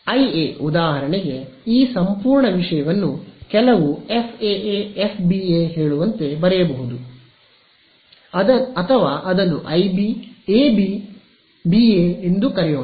ಆದ್ದರಿಂದ ಐಎ ಉದಾಹರಣೆಗೆ ಈ ಸಂಪೂರ್ಣ ವಿಷಯವನ್ನು ಕೆಲವು FAAFBA ಹೇಳುವಂತೆ ಬರೆಯಬಹುದು ಅಥವಾ ಅದನ್ನು ಎಬಿ ಬಿಎ ಎಂದು ಕರೆಯೋಣ